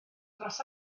dros